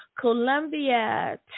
Colombia